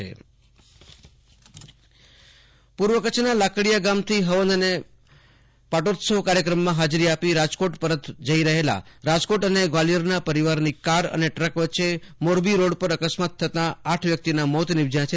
આશુતોષ અંતાણી મોરબી અકસ્માત પૂર્વ કચ્છ ના લાકડીયા ગામથી હવન અને પાટોત્સવ કાર્યક્રમમાં હાજરી આપી રાજકોટ પરત જઈ રહેલા રાજકોટ અને ગ્વાલિયરના પરિવારની કર અને ટ્રક વચ્ચે મોરબી રોડ પર અકસ્માત થતા આઠ વ્યક્તિના મોત નીપજયાં છે